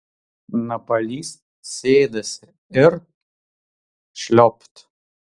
napalys sėdasi ir šliopt